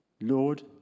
Lord